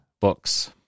books